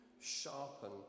sharpen